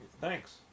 Thanks